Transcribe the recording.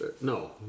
No